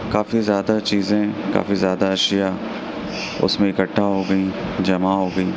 کافی زیادہ چیزیں کافی زیادہ اشیاء اُس میں اِکٹھا ہو گئی جمع ہو گئی